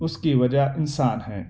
اس کی وجہ انسان ہیں